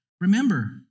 Remember